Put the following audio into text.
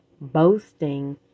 boasting